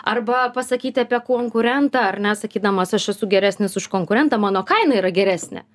arba pasakyti apie konkurentą ar ne sakydamas aš esu geresnis už konkurentą mano kaina yra geresnė